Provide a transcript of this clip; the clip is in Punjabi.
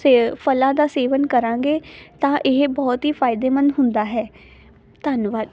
ਸੇ ਫਲ਼ਾਂ ਦਾ ਸੇਵਨ ਕਰਾਂਗੇ ਤਾਂ ਇਹ ਬਹੁਤ ਹੀ ਫਾਇਦੇਮੰਦ ਹੁੰਦਾ ਹੈ ਧੰਨਵਾਦ